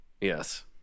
yes